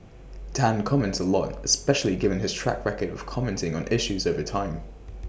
Tan comments A lot especially given his track record of commenting on issues over time